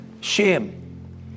shame